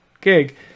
gig